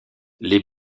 les